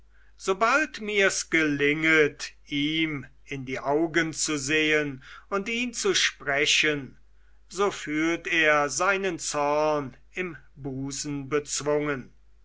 sobald mirs gelinget ihm in die augen zu sehen und ihn zu sprechen so fühlt er seinen zorn im busen bezwungen